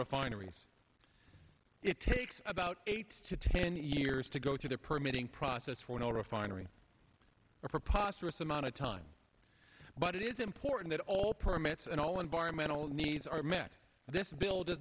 refineries it takes about eight to ten years to go through the permitting process for a refinery a preposterous amount of time but it is important that all permits and all environmental needs are met this bil